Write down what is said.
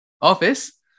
office